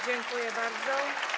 Dziękuję bardzo.